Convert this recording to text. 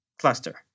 cluster